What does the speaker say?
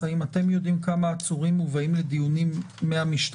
הבאת עצורים ישירות על ידי המשטרה